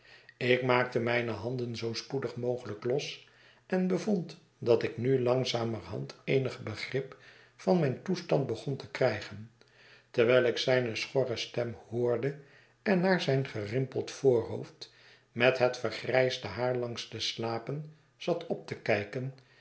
ik maakte mijne handen zoo spoedig mogelijk los en bevond dat ik nu langzamerhand eenig begrip van mijn toestand begon te krijgen terwijl ik zijne schorre stem hoorde en naar zijn gerimpeld voorhoofd met het vergrijsde haar langs de slapen zat op te kijken